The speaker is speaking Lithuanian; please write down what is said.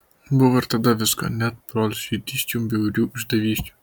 buvo ir tada visko net brolžudysčių bjaurių išdavysčių